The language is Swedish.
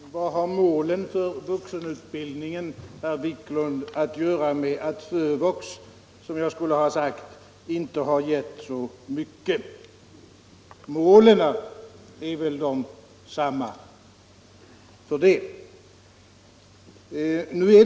Herr talman! Vad har målen för vuxenutbildningen att göra med att FÖVUX -— som jag skulle ha sagt — inte har givit så mycket? Målen är väl desamma för det, herr Wiklund!